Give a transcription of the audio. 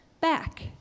Back